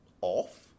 Off